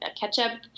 ketchup